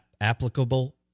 applicable